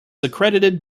accredited